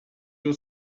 your